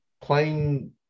playing